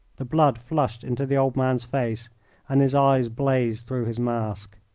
the blood flushed into the old man's face and his eyes blazed through his mask.